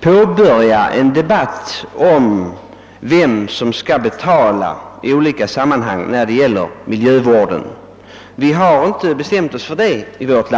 påbörja en debatt om vem som i olika sammanhang skall betala för miljövården; den saken har vi ännu inte bestämt oss för.